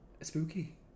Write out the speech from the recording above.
Spooky